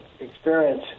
experience